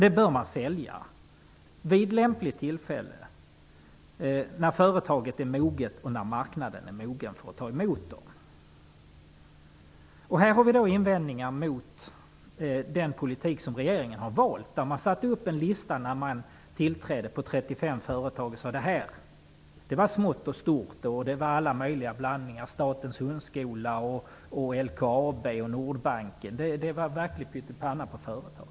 Sådana företag bör säljas vid lämpligt tillfälle när företaget är moget och när marknaden är mogen att ta emot företaget. Vi har invändningar mot den politik som regeringen har valt. När regeringen tillträdde satte den upp en lista med 35 företag i en salig blandning -- Statens hundskola, LKAB, Nordbanken m.fl. Det var en pytt i panna av företag.